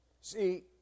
See